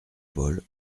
paul